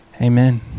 Amen